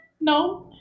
No